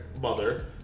mother